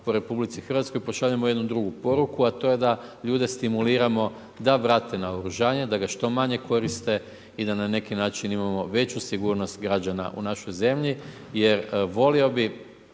po Republici Hrvatskoj pošaljemo jednu drugu poruku, a to je da ljude stimuliramo da vrate naoružanje, da ga što manje koriste i da na neki način imamo veću sigurnost građana u našoj zemlji. Jer volio bih